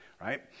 right